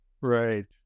Right